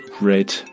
red